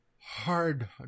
hard